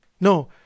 No